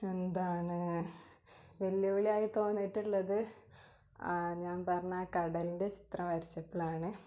എന്താണ് വെല്ലുവിളിയായി തോന്നിയിട്ടുള്ളത് ആ ഞാൻ പറഞ്ഞ ആ കടലിൻ്റെ ചിത്രം വരച്ചപ്പോളാണ്